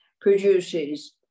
produces